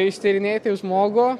ištyrinėti žmogų